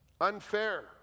unfair